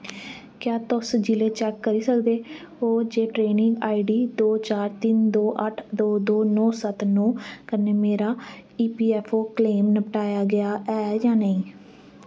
क्या तुस जि'ले चैक्क करी सकदे ओ जे ट्रेनिंग आईडी दो चार तिन दो अट्ठ दो दो नौ सत्त नौ कन्नै मेरा ईपीऐफ्फओ क्लेम नपटाया गेआ ऐ जां नेईं